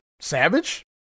Savage